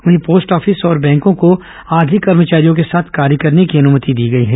वहीं post office और बैंकों को आधे कर्मचारियों के साथ कार्य करने की अनुमति दी गई है